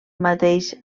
mateix